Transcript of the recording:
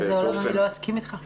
באיזה עולם אני לא אסכים איתך?